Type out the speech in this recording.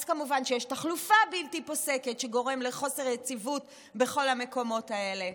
אז כמובן שיש תחלופה בלתי פוסקת שגורמת לחוסר יציבות בכל המקומות האלה.